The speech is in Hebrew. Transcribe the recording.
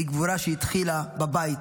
היא גבורה שהתחילה בבית,